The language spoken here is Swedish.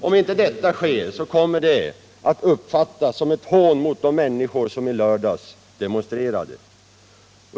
Om inte så sker kommer det att uppfattas som ett hån mot de människor som i lördags demonstrerade.